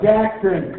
Jackson